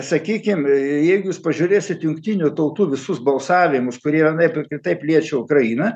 sakykim jeigu jūs pažiūrėsit jungtinių tautų visus balsavimus kurie vienaip ar kitaip liečia ukrainą